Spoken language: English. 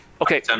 Okay